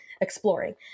exploring